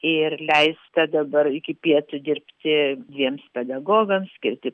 ir leista dabar iki pietų dirbti dviems pedagogams skirti